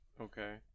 Okay